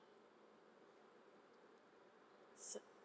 so